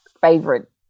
favorite